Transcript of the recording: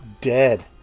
dead